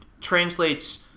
translates